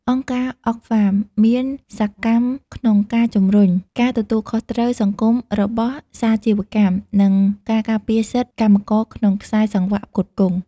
អង្គការ Oxfam មានសកម្មក្នុងការជំរុញ "ការទទួលខុសត្រូវសង្គមរបស់សាជីវកម្ម " និងការការពារសិទ្ធិកម្មករក្នុងខ្សែសង្វាក់ផ្គត់ផ្គង់។